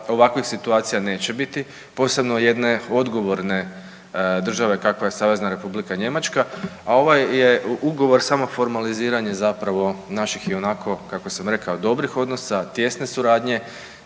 ovakvih situacija neće biti posebno jedne odgovorne države kakva je Savezna Republika Njemačka, a ovaj je ugovor samo formaliziranje naših ionako kako sam rekao dobrih odnosa, tijesne suradnje